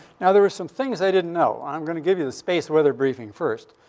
now, there are some things i didn't know. i'm going to give you the space weather briefing first.